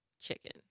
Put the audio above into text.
chicken